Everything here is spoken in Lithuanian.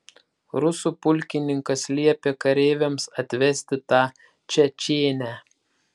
rusų pulkininkas liepė kareiviams atvesti tą čečėnę